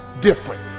different